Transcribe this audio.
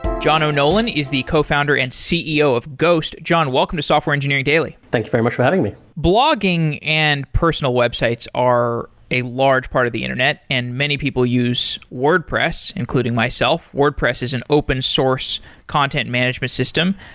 john o'nolan is the co-founder and ceo of ghost. john, welcome to software engineering daily thank you very much for having me blogging and personal websites are a large part of the internet and many people use wordpress, including myself. wordpress is an open-source content management system.